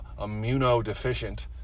immunodeficient